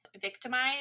victimized